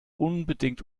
unbedingt